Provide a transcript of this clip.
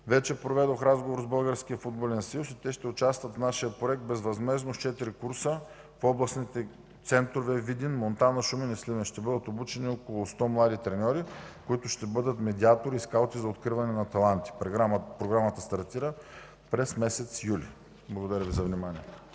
Вече проведох разговор с Българския футболен съюз и те ще участват в нашия проект безвъзмездно с четири курса. В областните центрове Видин, Монтана, Шумен и Сливен ще бъдат обучени около 100 млади треньори, които ще бъдат медиатори и скаути за откриване на таланти. Програмата стартира през месец юли. Благодаря Ви за вниманието.